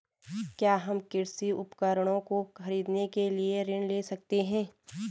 क्या हम कृषि उपकरणों को खरीदने के लिए ऋण ले सकते हैं?